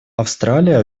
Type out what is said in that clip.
австралия